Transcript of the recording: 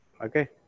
Okay